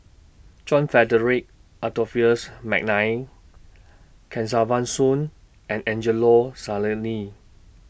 John Frederick Adolphus Mcnair Kesavan Soon and Angelo Sanelli